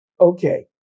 Okay